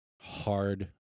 hard